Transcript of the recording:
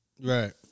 Right